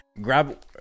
grab